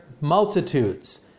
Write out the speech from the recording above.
multitudes